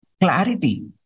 Clarity